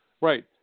Right